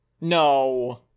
No